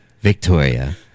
Victoria